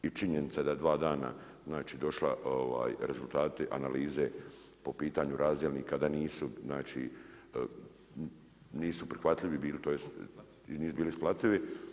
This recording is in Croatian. I činjenica je da je dva dana znači došla rezultati analize po pitanju razdjelnika da nisu, znači nisu prihvatljivi bili, tj. nisu bili isplativi.